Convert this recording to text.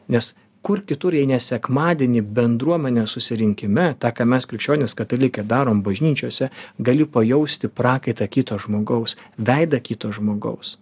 nes kur kitur jei ne sekmadienį bendruomenės susirinkime tą ką mes krikščionys katalikai darom bažnyčiose gali pajausti prakaitą kito žmogaus veidą kito žmogaus